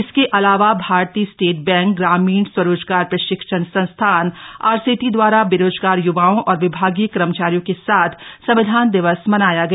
इसके अलावा भारतीय स्टेट बैंक ग्रामीण स्वरोजगार प्रशिक्षण संस्थान आरसेटी दवारा बेरोजगार युवाओं और विभागीय कर्मचारियों के साथ संविधान दिवस मनाया गया